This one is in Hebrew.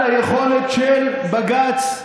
על היכולת של בג"ץ,